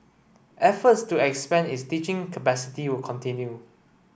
efforts to expand its teaching capacity will continue